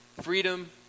freedom